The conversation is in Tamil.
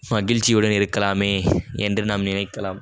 மகிழ்ச்சியுடன் இருக்கலாமே என்று நாம் நினைக்கலாம்